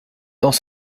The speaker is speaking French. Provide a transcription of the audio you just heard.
dans